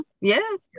Yes